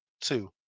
two